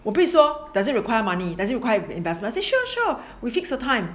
我不会说 does it require money does it require investor I say sure sure we fix a time